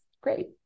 Great